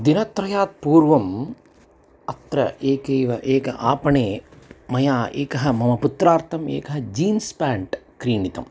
दिनत्रयात् पूर्वम् अत्र एकः एव एकः आपणे मया एकः मम पुत्रार्थम् एकः जीन्स् पाण्ट् क्रीणितं